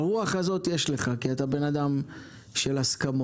את הרוח הזאת יש לך, כי אתה בן אדם של הסכמות.